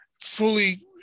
fully